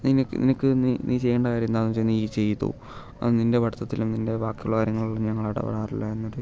നിനക്ക് നിനക്ക് നീ നീ ചെയ്യേണ്ട കാര്യം എന്താണെന്ന് വെച്ചാൽ നീ ചെയ്തോ അത് നിൻ്റെ പഠിത്തത്തിലും നിൻ്റെ ബാക്കിയുള്ള കാര്യത്തിൽ ഞങ്ങൾ ഇടപെടില്ല എന്ന് പറയും